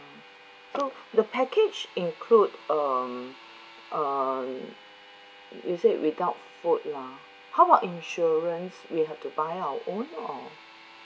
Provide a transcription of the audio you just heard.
so the package include um um is it without food lah how about insurance we have to find our own or